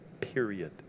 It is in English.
period